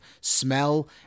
smell